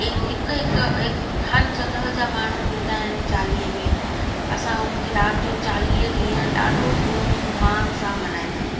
ए हिकु हिकु हर जॻह जा माण्हू ईंदा आहिनि चालीहे में असां हुते राति जो चालीह ॾींहं ॾाढो धूम धाम सां मल्हाईंदा आहियूं